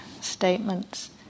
statements